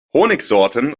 honigsorten